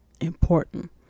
important